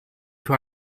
für